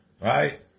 right